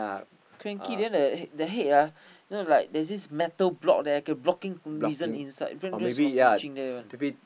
cranky then the the head ah you know like there's this metal block there blocking reason inside prevent news from reaching there one